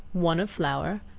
one of flour,